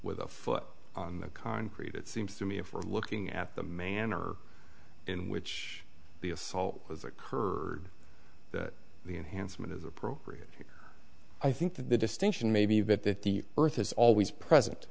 with a foot on the concrete it seems to me if we're looking at the manner in which the assault was occurred that the enhanced it is appropriate i think that the distinction may be that the earth is always present